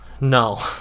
No